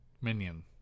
minion